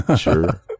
Sure